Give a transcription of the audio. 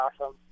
awesome